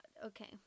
okay